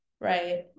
right